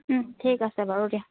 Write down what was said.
ঠিক আছে বাৰু দিয়া